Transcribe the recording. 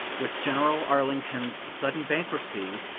which general arlington's sudden bankruptcy,